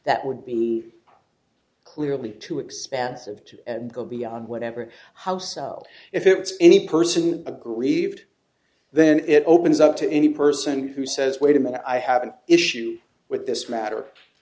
that would be clearly too expensive to go beyond whatever house if it's any person aggrieved then it opens up to any person who says wait a minute i have an issue with this matter